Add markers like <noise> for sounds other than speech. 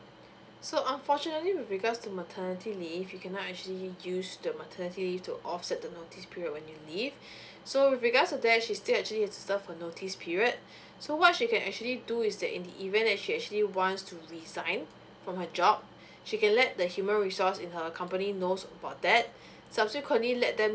so unfortunately with regards to maternity leave you cannot actually use the maternity leave to offset the notice period when you leave <breath> so with regards to that she still actually needs to serve her notice period so what she can actually do is that in the event that she actually wants to resign from her job she can let the human resource in her company knows about that subsequently let them